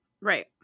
right